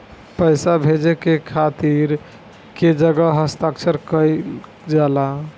पैसा भेजे के खातिर कै जगह हस्ताक्षर कैइल जाला?